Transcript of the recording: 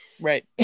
Right